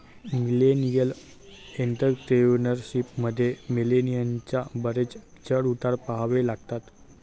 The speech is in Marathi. मिलेनियल एंटरप्रेन्युअरशिप मध्ये, मिलेनियलना बरेच चढ उतार पहावे लागतात